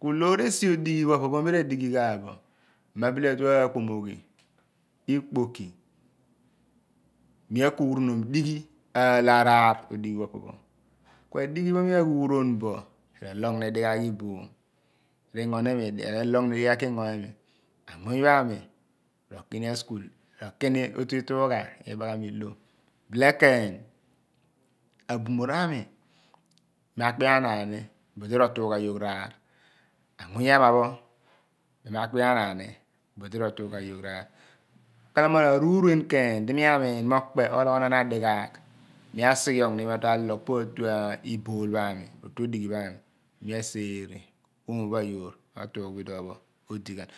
Ku loor esi odighi pho opo mi ra dighi ghan bo mi ma sile atw aakpomoghi ikpoki mi aknghuron dighi di mi r`aal araar odighi pho esi pho mi ayhuughon bo kelogh ni dighaagh iboom recogh ni dighaagh ki ngo iimi anmuny pho ani rokim askul ro kim odu iitughe ibaghomi i/lo bilken abumor ami mi ma kpe anaan bu di ro kugho gogh raar anmuny ehma pho mi makpeanaan ni bull rotuugha gogh raar ghalomo ra aruumuen ken di mi amiin mo okpe ologhonaan adighaagh mi asughiogh mi ken alogh pa otu ibool pho ami otu odighi pams nii ascere oomo pho ayoor otuugh bo iduon rodighi ghan